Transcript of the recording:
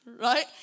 right